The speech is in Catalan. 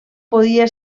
podia